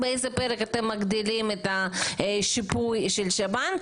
באיזה פרק אתם מגדילים את השיפוי של שב"ן,